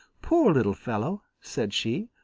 poor little fellow, said she.